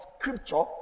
scripture